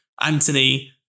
Anthony